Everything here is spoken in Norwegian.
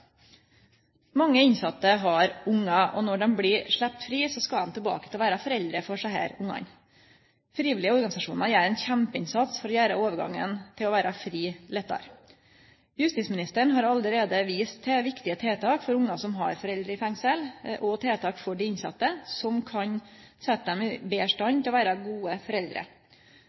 Mange innsette har ungar, og når dei blir sleppte fri, skal dei tilbake og vere foreldre for desse ungane. Friviljuge organisasjonar gjer ein kjempeinnsats for å gjere overgangen til å vere fri lettare. Justisministeren har allereie vist til viktige tiltak for ungar som har foreldre i fengsel, og til tiltak for dei innsette, som kan setje dei i betre stand til å vere gode foreldre.